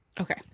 Okay